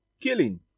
killing